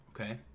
Okay